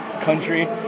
country